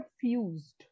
fused